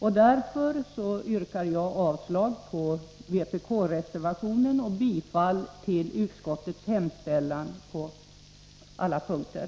Jag yrkar avslag på vpk-reservationen och bifall till utskottets hemställan på alla punkter.